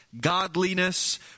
godliness